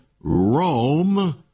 Rome